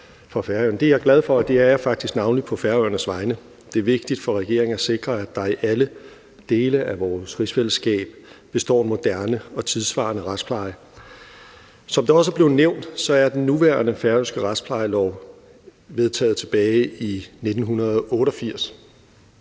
Det er jeg glad for, og det er jeg faktisk navnlig på Færøernes vegne. Det er vigtigt for regeringen at sikre, at der i alle dele af vores rigsfællesskab består en moderne og tidssvarende retspleje. Som det også er blevet nævnt, er den nuværende færøske retsplejelov vedtaget tilbage i 1988,